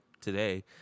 today